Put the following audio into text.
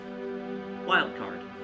Wildcard